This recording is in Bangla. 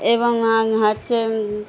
এবং হচ্ছে